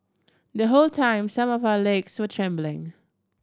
the whole time some of our legs were trembling